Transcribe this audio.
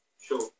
Sure